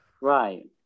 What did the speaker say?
Right